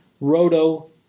ROTO